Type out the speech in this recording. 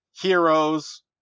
heroes